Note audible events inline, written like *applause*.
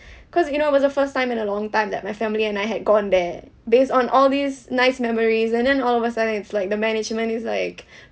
*breath* cause you know it was the first time in a long time that my family and I had gone there based on all these nice memories and then all of a sudden it's like the management is like *breath*